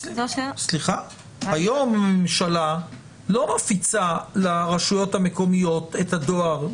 היום הממשלה לא מפיצה לרשויות המקומיות את הדואר.